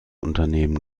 unternehmen